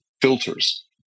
filters